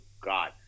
God